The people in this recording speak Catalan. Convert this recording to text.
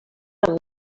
amb